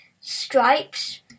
stripes